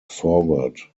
forward